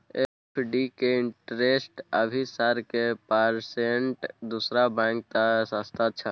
FD के interest अभी sir की परसेंट दूसरा बैंक त सस्ता छः?